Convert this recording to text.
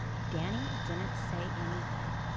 danny didn't say anything.